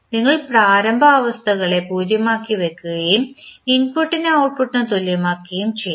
ഞങ്ങൾ പ്രാരംഭ അവസ്ഥകളെ 0 ആയി വെക്കുകയും ഇൻപുട്ടിനെ ഔട്ട്പുട്ടിന് തുല്യമാക്കുകയും ചെയ്യും